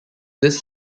this